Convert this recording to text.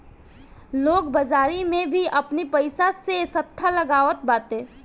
लोग बाजारी में भी आपनी पईसा से सट्टा लगावत बाटे